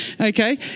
okay